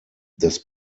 des